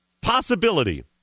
possibility